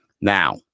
Now